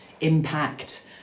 impact